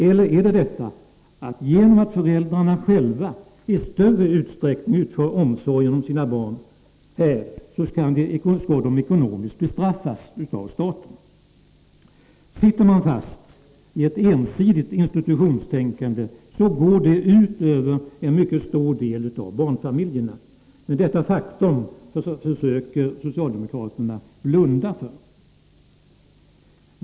Eller skall de föräldrar i Nybro som själva i stor utsträckning utför omsorgen om sina barn bli ekonomiskt bestraffade av staten? När man sitter fast i ett ensidigt institutionstänkande går det ut över en mycket stor del av barnfamiljerna. Men detta faktum försöker socialdemokraterna blunda för.